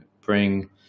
bring